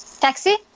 taxi